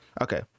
okay